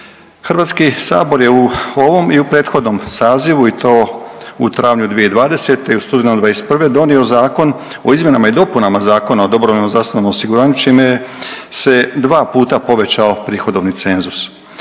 centa. HS je u ovom i u prethodnom sazivu i to u travnju 2020. i u studenom '21. donio Zakon o izmjenama i dopunama Zakona o dobrovoljnom zdravstvenom osiguranju čime se dva puta povećao prihodovni cenzus.